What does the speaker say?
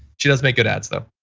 she does make good ads, though.